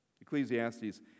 Ecclesiastes